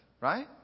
right